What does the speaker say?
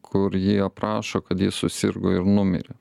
kur ji aprašo kad ji susirgo ir numirė